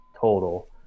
total